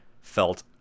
felt